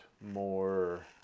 more